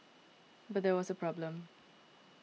but there was a problem